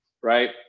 right